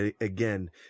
again